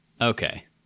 okay